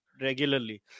regularly